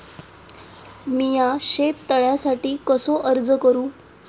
मीया शेत तळ्यासाठी कसो अर्ज करू?